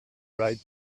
right